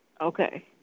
Okay